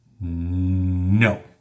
no